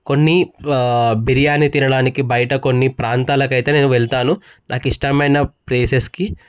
కొన్ని బిర్యానీ తినడానికి బయట కొన్ని ప్రాంతాలకైతే అయితే నేను వెళ్తాను నాకు ఇష్టమైన ప్లేసెస్కి